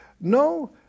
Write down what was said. No